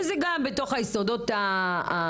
וזה גם בתוך היסודות ההלכתיים,